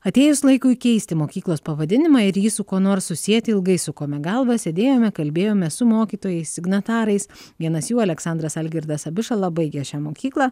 atėjus laikui keisti mokyklos pavadinimą ir jį su kuo nors susieti ilgai sukome galvą sėdėjome kalbėjomės su mokytojais signatarais vienas jų aleksandras algirdas abišala baigė šią mokyklą